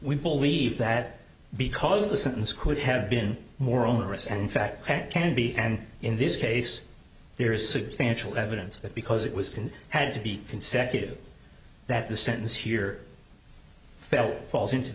we believe that because the sentence could have been more onerous and in fact can be and in this case there is substantial evidence that because it was can had to be consecutive that the sentence here fell falls into